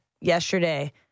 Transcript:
yesterday